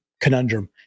conundrum